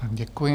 Děkuji.